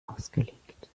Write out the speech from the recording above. ausgelegt